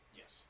yes